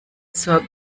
zur